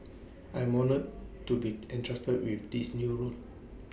I am honoured to be entrusted with this new role